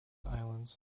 islands